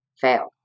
Fail